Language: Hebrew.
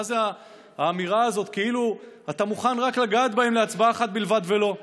מה זה האמירה הזאת כאילו אתה מוכן לגעת בהם להצבעה אחת בלבד ותו לא?